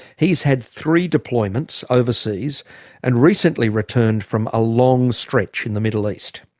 he's had three deployments overseas and recently returned from a long stretch in the middle east.